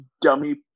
dummy